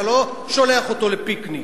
אתה לא שולח אותו לפיקניק.